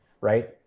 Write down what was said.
right